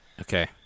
Okay